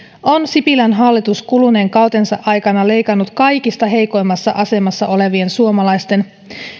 on sipilän hallitus kuluneen kautensa aikana leikannut kaikista heikoimmassa asemassa olevien suomalaisten